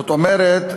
זאת אומרת,